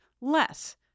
less